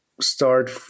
start